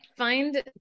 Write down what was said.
Find